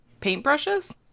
paintbrushes